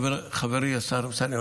חברי השר אמסלם,